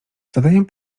zadaję